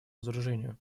разоружению